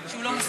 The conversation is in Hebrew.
שהוא לא מסכים,